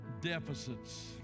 deficits